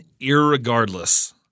irregardless